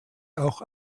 auch